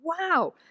Wow